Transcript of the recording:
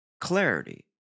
Clarity